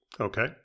okay